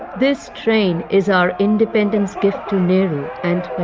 this train is our independence gift to nehru and ah